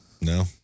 No